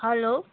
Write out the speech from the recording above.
hello